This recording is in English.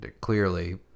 Clearly